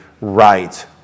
right